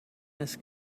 this